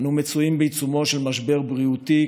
אנו מצויים בעיצומו של משבר בריאותי,